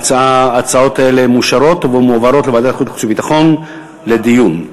ההצעות האלה מאושרות ומועברות לוועדת החוץ והביטחון לדיון.